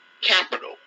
capital